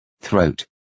throat